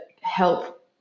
help